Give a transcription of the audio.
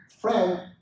friend